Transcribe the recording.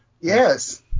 Yes